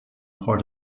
part